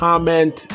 Comment